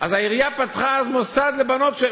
העירייה פתחה מוסד לבנות.